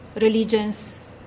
religions